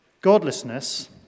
Godlessness